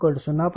6 అంటే sin 1 0